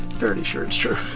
thirty sure it's true.